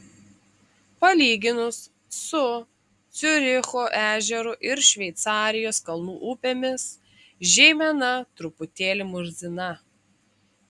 palyginus su ciuricho ežeru ir šveicarijos kalnų upėmis žeimena truputėlį murzina